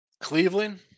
Cleveland